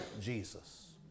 Jesus